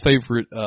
favorite